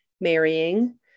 marrying